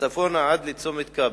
צפונה עד לצומת כברי.